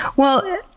well,